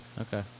okay